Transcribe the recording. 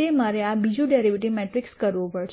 તે મારે આ બીજું ડેરિવેટિવ મેટ્રિક્સ કરવું પડશે